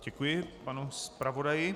Děkuji panu zpravodaji.